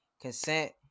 Consent